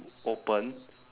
open